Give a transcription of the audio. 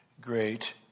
great